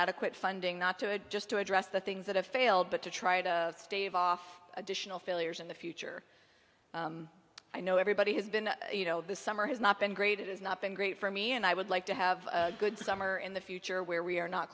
adequate funding not to just to address the things that have failed but to try to stave off additional failures in the future i know everybody has been you know the summer has not been great it is not been great for me and i would like to have a good summer in the future where we are not